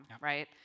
right